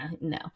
no